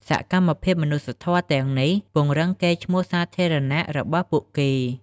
សកម្មភាពមនុស្សធម៌ទាំងនេះពង្រឹងកេរ្តិ៍ឈ្មោះសាធារណៈរបស់ពួកគេ។